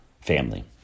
family